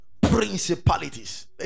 principalities